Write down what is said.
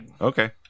Okay